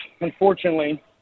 unfortunately